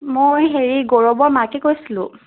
মই হেৰি গৌৰৱৰ মাকে কৈছিলোঁ